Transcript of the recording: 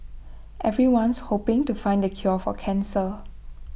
everyone's hoping to find the cure for cancer